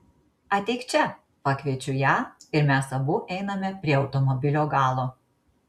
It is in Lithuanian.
ateik čia pakviečiu ją ir mes abu einame prie automobilio galo